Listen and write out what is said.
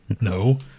no